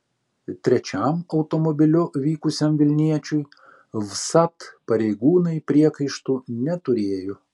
trečiam automobiliu vykusiam vilniečiui vsat pareigūnai priekaištų neturėjo